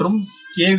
மற்றும் B3 IB